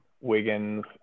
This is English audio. Wiggins